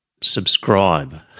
subscribe